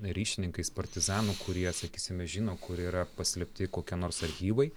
ryšininkais partizanų kurie sakysime žino kur yra paslėpti kokie nors archyvai